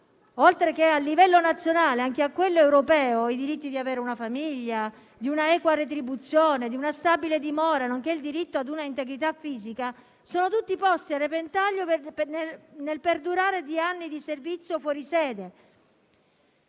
oltre che a livello nazionale anche a quello europeo (come i diritti ad avere una famiglia, una equa retribuzione, una stabile dimora, nonché il diritto ad una integrità fisica), sono tutti posti a repentaglio nel perdurare di anni di servizio fuori sede;